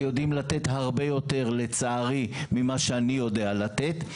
שיודעים לתת הרבה יותר לצערי ממה שאני יודע לתת,